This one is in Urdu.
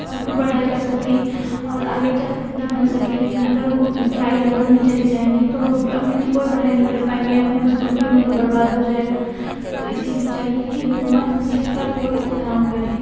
اور اپنی پڑھائی کر سکیں اور آگے چل کر کچھ بن سکیں لیکن اگر وہ چائلڈ لیبر میں چلے جائیں گے تو وہ اپنی تو کوئی پڑھائی نہیں کر پائیں گے اپنی مستقبل ان کا برباد ہو جائے گا تو اسی لیے چاہیے کہ حکومت اس پر کوئی کام کرے